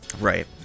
Right